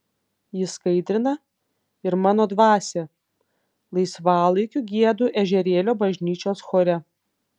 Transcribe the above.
ji skaidrina ir mano dvasią laisvalaikiu giedu ežerėlio bažnyčios chore